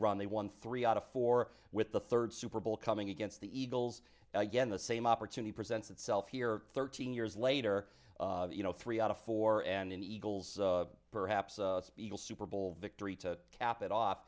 run they won three out of four with the third super bowl coming against the eagles again the same opportunity presents itself here thirteen years later you know three out of four and an eagles perhaps eagle super bowl victory to cap it